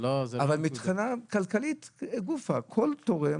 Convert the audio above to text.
אבל מבחינה כלכלית גופה, כל תורם